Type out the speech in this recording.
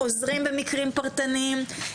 עוזרים במקרים פרטניים,